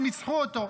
וניצחו אותו.